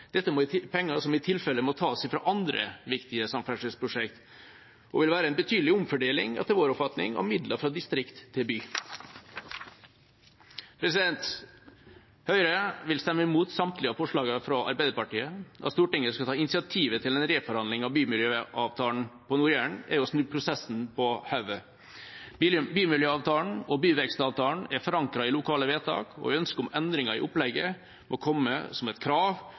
penger som i tilfelle må tas fra andre viktige samferdselsprosjekter, og vil etter vår oppfatning være en betydelig omfordeling av midler fra distrikt til by. Høyre vil stemme imot samtlige forslag knyttet til representantforslaget fra Arbeiderpartiet. At Stortinget skal ta initiativ til en reforhandling av Bymiljøpakken for Nord-Jæren, er å snu prosessen på hodet. Bymiljøpakken og byvekstavtalen er forankret i lokale vedtak. Endringer i opplegget må komme som et krav